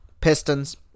Pistons